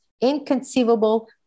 inconceivable